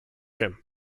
him